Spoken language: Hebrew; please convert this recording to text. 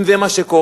אם זה מה שקורה,